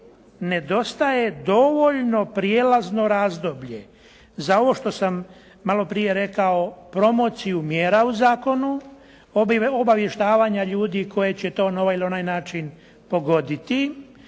nedostaje dovoljno prijelazno razdoblje, za ovo što sam maloprije rekao, promociju mjera u zakonu, obavještavanja ljudi koji će to na ovaj ili onaj način pogoditi